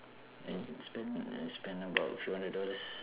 and spend I spend about few hundred dollars